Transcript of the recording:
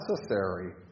necessary